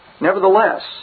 Nevertheless